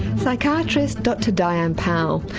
psychiatrist dr diane powell.